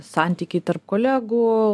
santykiai tarp kolegų